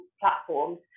platforms